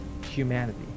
humanity